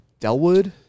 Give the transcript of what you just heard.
Delwood